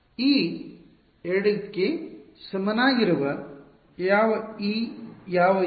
e 2 ಗೆ ಸಮನಾಗಿರುವ ಯಾವ e ಯಾವ U